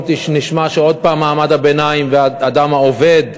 נשמע שעוד פעם מעמד הביניים והאדם העובד,